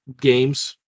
games